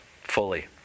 fully